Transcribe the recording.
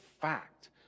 fact